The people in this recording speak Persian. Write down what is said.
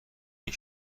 این